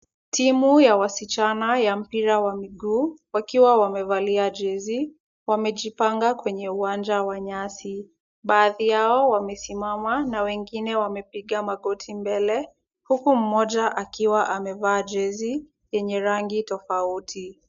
Timu ya wasichana ya mpira wa miguu, wakiwa wamevalia jezi, wamejipanga kwenye uwanja wa nyasi. Baadhi yao wamesimama na wengine wamepiga magoti mbele, huku mmoja akiwa amevaa jezi yenye rangi tofauti.